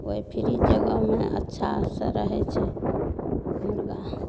ओहि फ्री जगहमे अच्छा से रहैत छै मुर्गा